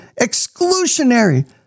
exclusionary